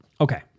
Okay